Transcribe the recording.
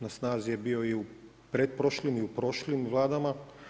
Na snazi je bio i u pretprošlim i u prošlim Vladama.